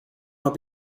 not